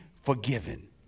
forgiven